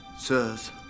Sirs